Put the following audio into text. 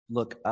Look